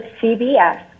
CBS